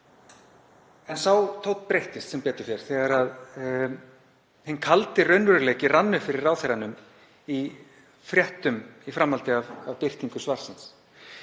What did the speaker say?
En sá tónn breyttist sem betur fer þegar hinn kaldi raunveruleiki rann upp fyrir ráðherranum. Í fréttum í framhaldi af birtingu svarsins